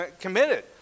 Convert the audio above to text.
committed